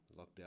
lockdown